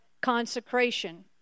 consecration